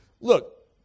look